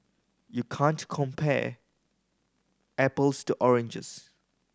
you can't compare apples to oranges